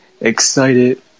excited